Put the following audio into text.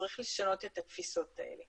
צריך לשנות את התפיסות הללו.